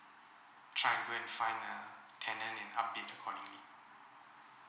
try to go and find a tenant and update accordingly